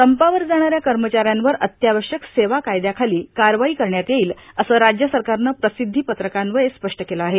संपावर जाणाऱ्या कर्मचाऱ्यांवर अत्यावश्यक सेवा कायद्याखाली कारवाई करण्यात येईल असं राज्य सरकारनं प्रसिद्धी पत्रकान्वये स्पष्ट केलं आहे